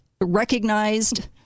recognized